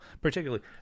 Particularly